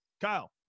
Kyle